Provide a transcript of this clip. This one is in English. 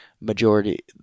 majority